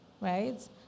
right